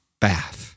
bath